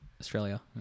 Australia